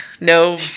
no